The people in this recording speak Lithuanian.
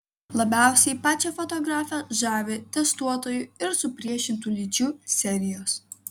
labiausiai pačią fotografę žavi testuotojų ir supriešintų lyčių serijos